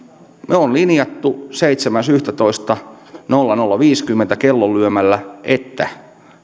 me olemme linjanneet seitsemäs yhdettätoista kellonlyömällä nolla nolla piste viisikymmentä että